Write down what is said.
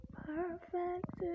perfect